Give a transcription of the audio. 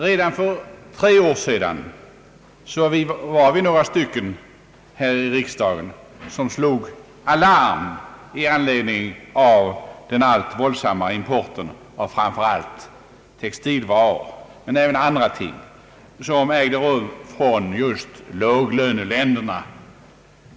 Redan för tre år sedan var vi några riksdagsledamöter som slog larm i anledning av den allt våldsammare import av framför allt textilvaror men även av andra ting som ägde rum från just låglöneländerna.